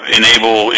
enable